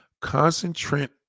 Concentrate